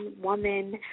woman